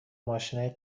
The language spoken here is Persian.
ماشینای